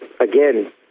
again